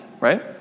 right